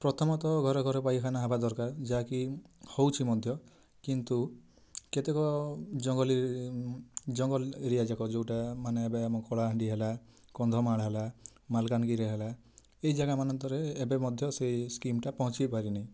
ପ୍ରଥମତଃ ଘରେ ଘରେ ପାଇଖାନା ହବା ଦରକାର ଯାହାକି ହଉଛି ମଧ୍ୟ କିନ୍ତୁ କେତେକ ଜଙ୍ଗଲି ଜଙ୍ଗଲ ଏରିଆ ଯାକ ଯେଉଁଟା ମାନେ ଏବେ ଆମ କଳାହାଣ୍ଡି ହେଲା କନ୍ଧମାଳ ହେଲା ମାଲକାନଗିରି ହେଲା ଏଇ ଜାଗା ମାନଙ୍କରେ ଏବେ ମଧ୍ୟ ସେଇ ସ୍କିମଟା ପହଞ୍ଚାଇ ପାରିନି